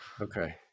Okay